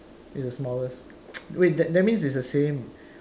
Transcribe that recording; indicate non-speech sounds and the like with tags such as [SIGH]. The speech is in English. is the smallest [NOISE] wait that that means is the same